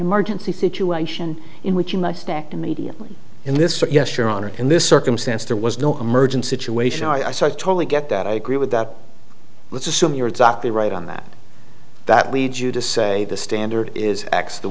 emergency situation in which you must act immediately in this yes your honor in this circumstance there was no emergency situation i started totally get that i agree with that let's assume you're exactly right on that that lead you to say the standard is